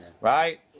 right